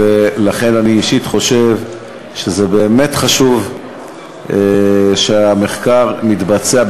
ולכן אני אישית חושב שזה באמת חשוב שהמחקר מתבצע,